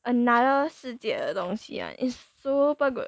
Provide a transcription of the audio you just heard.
another 世界的东西 is super good